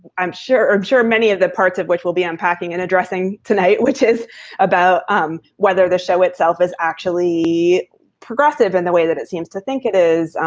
i'm sure. i'm sure many of the parts of which we'll be unpacking and addressing tonight, which is about um whether the show itself is actually progressive in the way that it seems to think it is,